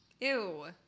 Ew